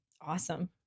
Awesome